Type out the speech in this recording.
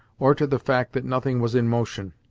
or to the fact that nothing was in motion.